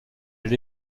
elle